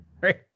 right